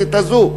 בכנסת הזו,